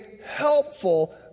helpful